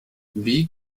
wie